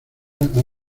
antes